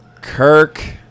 Kirk